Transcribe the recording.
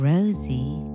Rosie